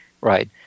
Right